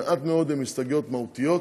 מעט מאוד הן הסתייגויות מהותיות,